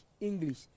English